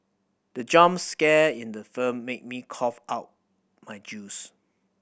the jump scare in the film made me cough out my juice